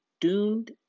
doomed